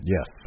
Yes